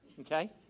Okay